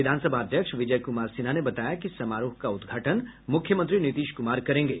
विधानसभा अध्यक्ष विजय कुमार सिन्हा ने बताया कि समारोह का उद्घाटन मुख्यमंत्री नीतीश कुमार करेंगे